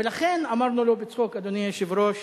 לכן אמרנו לו בצחוק, אדוני היושב-ראש: